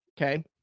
okay